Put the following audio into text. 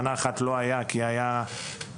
שנה אחת לא היה כי הייתה קורונה,